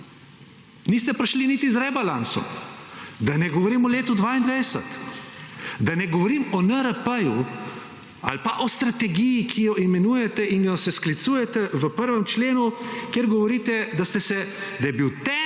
Niste prišli niti z rebalansom, da ne govorim o letu 2022, da ne govorim o NRP-ju ali pa o strategiji, ki jo imenujete in se sklicujete v 1. členu, kjer govorite, da je bil